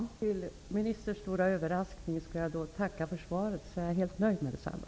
Fru talman! Till ministerns stora överraskning skall jag då tacka för svaret och säga att jag är helt nöjd med detsamma.